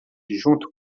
junto